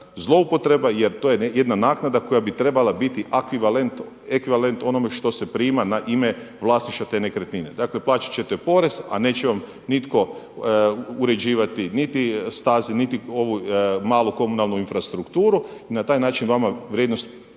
zloupotreba jer to je jedna naknada koja bi trebala biti ekvivalent onome što se prima na ime vlasništva te nekretnine. Dakle, plaćat ćete porez, a neće vam nitko uređivati niti staze niti ovu malu komunalnu infrastrukturu. Na taj način vama vrijednost